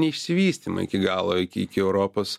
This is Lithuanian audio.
neišsivystymą iki galo iki iki europos